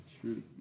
True